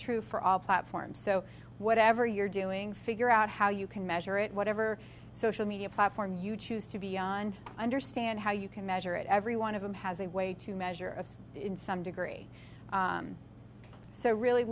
true for all platforms so whatever you're doing figure out how you can measure it whatever social media platform you choose to beyond understand how you can measure it everyone of them has a way to measure of it in some degree so really